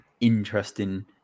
interesting